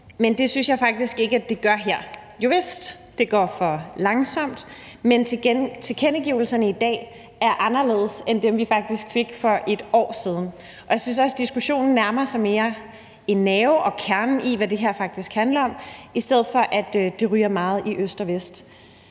men det synes jeg faktisk ikke det gør her. Jovist, det går for langsomt, men tilkendegivelserne i dag er anderledes end dem, vi faktisk fik for et år siden, og jeg synes også, at diskussionen har mere nerve og nærmer sig mere kernen i, hvad det her faktisk handler om, i stedet for at det ryger meget rundt i øst og vest.